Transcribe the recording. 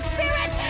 Spirit